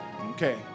Okay